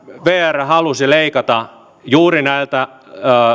vr halusi leikata juuri näiltä